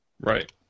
Right